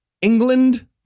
England